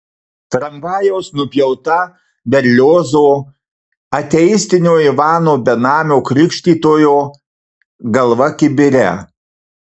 tramvajaus nupjauta berliozo ateistinio ivano benamio krikštytojo galva kibire